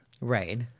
Right